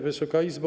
Wysoka Izbo!